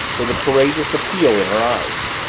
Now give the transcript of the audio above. with a courageous appeal in her eyes.